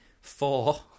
Four